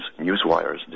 Newswires